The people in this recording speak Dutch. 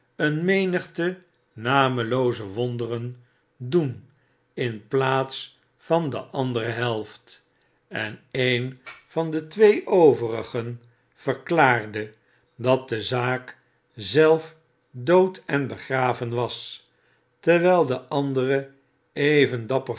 een menigte namelooze wonderen doen in plaats van de andere helft en een van de twee overigen verklaardedatde zaak zelf dood en begraven was terwyi de andere even dapper